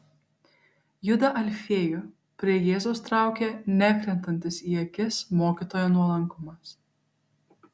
judą alfiejų prie jėzaus traukė nekrentantis į akis mokytojo nuolankumas